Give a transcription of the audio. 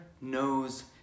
knows